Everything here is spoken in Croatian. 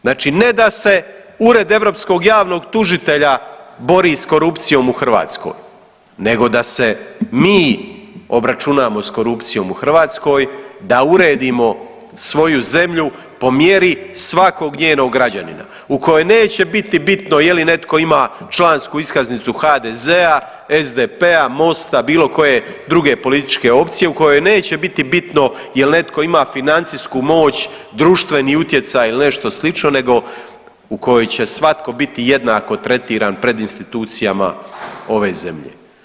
Znači ne da se Ured europskog javnog tužitelja bori s korupcijom u Hrvatskoj nego da se mi obračunamo s korupcijom u Hrvatskoj, da uredimo svoju zemlju po mjeri svakog njenog građanina u kojoj neće biti bitno je li netko ima člansku iskaznicu HDZ-a, SDP-a, MOST-a bilo koje druge političke opcije, u kojoj neće biti bitno je li netko ima financijsku moć, društveni utjecaj ili nešto slično nego u kojoj će svatko biti jednako tretiran pred institucijama ove zemlje.